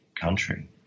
country